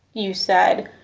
you said,